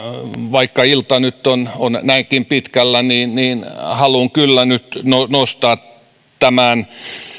vaikka ilta nyt on on näinkin pitkällä haluan kyllä nostaa tämän